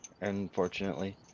unfortunately